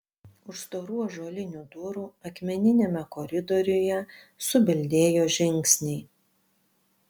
už storų ąžuolinių durų akmeniniame koridoriuje subildėjo žingsniai